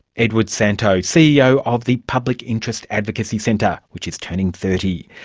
edward santow, ceo of the public interest advocacy centre, which is turning thirty.